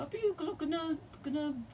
but ya we just we just trying our luck